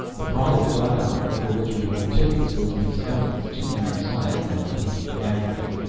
the pride of darkhan, for which we hold tickets, will be sounding its two-minute siren and unhooking the gangway.